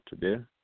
today